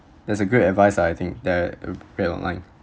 that's a great advice ah I think they uh pay online